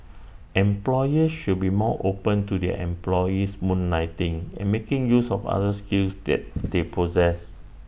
employers should be more open to their employees moonlighting and making use of other skills they they possess